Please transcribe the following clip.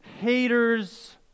haters